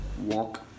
Walk